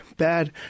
bad